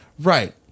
Right